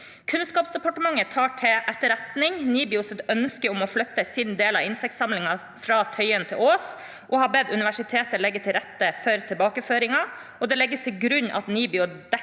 Kunnskapsdepartementet tar til etterretning NIBIOs ønske om å flytte sin del av insektsamlingen fra Tøyen til Ås og har bedt universitetet legge til rette for tilbakeføringen. Det legges til grunn at NIBIO dekker